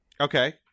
okay